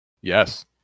Yes